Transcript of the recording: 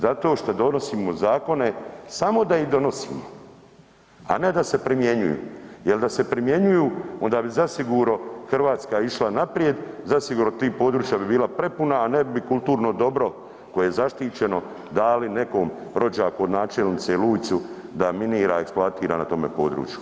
Zato šta donosimo zakone samo da ih donosimo, a ne da se primjenjuju, jel da se primjenjuju onda bi zasigurno Hrvatska išla naprijed, zasigurno ti područja bi bila prepuna, a ne bi kulturno dobro koje je zaštićeno dali nekom rođaku od načelnice Luicu da minira, eksploatira na tome području.